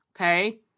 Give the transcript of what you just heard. Okay